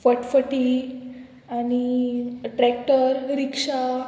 फटफटी आनी ट्रॅक्टर रिक्षा